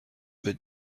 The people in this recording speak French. veux